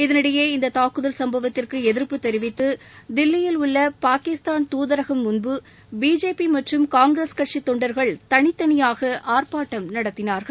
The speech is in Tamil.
இதனினடயே இந்த தாக்குதல் சும்பவத்திற்கு எதிர்ப்பு தெரிவித்து தில்லியில் உள்ள பாகிஸ்தான் தூதரகம் முன்பு பிஜேபி மற்றும் காங்கிரஸ் கட்சித் தொண்டர்கள் தனித்தனியாக ஆர்ப்பாட்டம் நடத்தினார்கள்